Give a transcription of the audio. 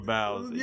Bowls